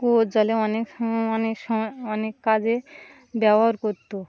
কুয়োর জলে অনেক অনেক সময় অনেক কাজে ব্যবহার করত